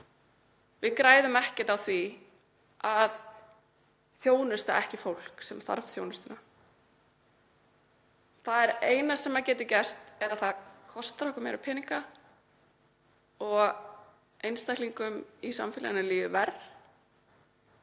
Við græðum ekkert á því að þjónusta ekki fólk sem þarf þjónustu. Það eina sem getur gerst er að það kostar okkur meiri peninga og einstaklingum í samfélaginu líður verr.